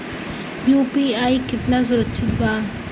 UPI कितना सुरक्षित बा?